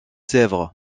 sèvres